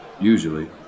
Usually